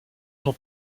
son